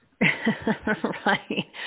Right